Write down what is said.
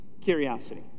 curiosity